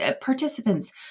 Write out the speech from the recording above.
participants